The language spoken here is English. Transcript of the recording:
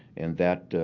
and that